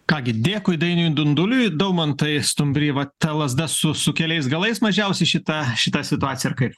ką gi dėkui dainiui dunduliui daumantai stumbry va ta lazda su su keliais galais mažiausia šita šita situacija ar kaip